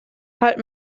halt